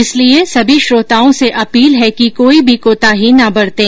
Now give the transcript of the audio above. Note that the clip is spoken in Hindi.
इसलिए सभी श्रोताओं से अपील है कि कोई भी कोताही न बरतें